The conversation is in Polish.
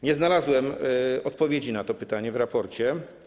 Nie znalazłem odpowiedzi na to pytanie w raporcie.